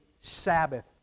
Sabbath